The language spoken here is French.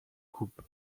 coupe